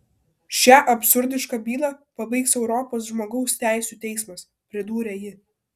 šią absurdišką bylą pabaigs europos žmogaus teisių teismas pridūrė ji